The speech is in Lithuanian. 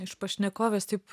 iš pašnekovės taip